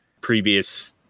previous